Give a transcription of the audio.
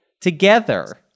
together